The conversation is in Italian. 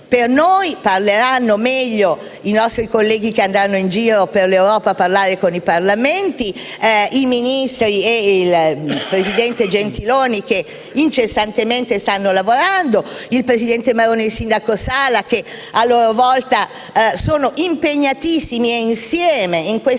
per noi parleranno meglio i nostri colleghi che andranno in giro per l'Europa a interloquire con i Parlamenti; i Ministri e il presidente Gentiloni, che incessantemente stanno lavorando; il presidente Maroni e il sindaco Sala, a loro volta impegnatissimi insieme in questa